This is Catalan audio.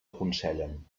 aconsellen